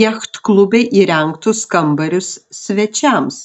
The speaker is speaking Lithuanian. jachtklube įrengtus kambarius svečiams